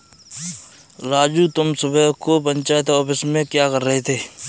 राजू तुम सुबह को पंचायत ऑफिस में क्या कर रहे थे?